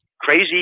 Crazy